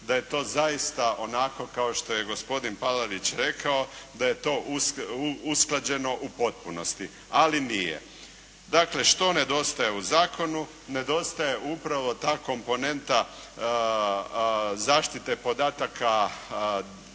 da je to zaista onako kao što je gospodin Palarić rekao, da je to usklađeno u potpunosti, ali nije. Dakle što nedostaje u zakonu? Nedostaje upravo ta komponenta zaštite podataka